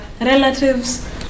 relatives